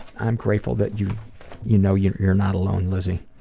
i'm grateful that you you know you're you're not alone, lizzy.